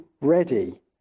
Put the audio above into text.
ready